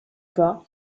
pas